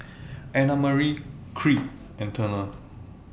Annamarie Creed and Turner